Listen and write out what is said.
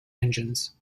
engines